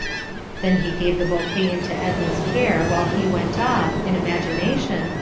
then he gave the bouquet into edna's care while he went off, in imagination,